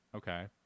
Okay